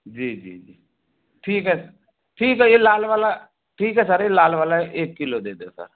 जी जी ठीक है ठीक है ये लाल वाला ठीक है सर ये लाल वाला एक किलो दे दो सर